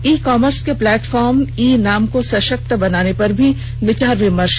ई commerce के platform e NAM को सशक्त बनाने पर भी विचार विमर्श किया गया